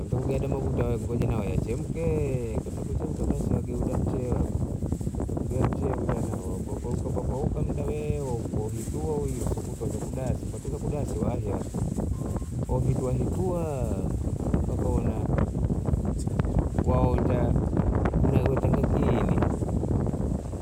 ngoja nayo yachemke kama kuchemka basi wageuda mchee wako mchee nao wapapaukapauka uhitua usotoza kudase wahia ohituahutua mpaka waonja unaontaka kiini,